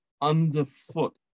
underfoot